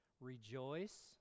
rejoice